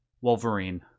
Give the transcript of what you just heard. Wolverine